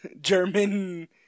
German